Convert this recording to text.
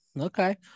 Okay